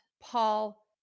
Paul